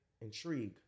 intrigue